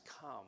come